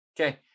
Okay